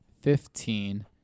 fifteen